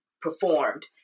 performed